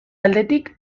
aldetik